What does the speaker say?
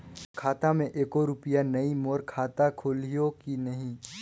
मोर खाता मे एको रुपिया नइ, मोर खाता खोलिहो की नहीं?